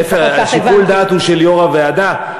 שיקול הדעת הוא של יו"ר הוועדה.